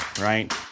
right